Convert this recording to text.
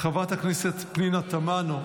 חברת הכנסת פנינה תמנו,